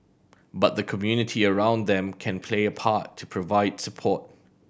but the community around them can play a part to provide support